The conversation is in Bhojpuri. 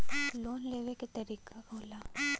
लोन लेवे क तरीकाका होला?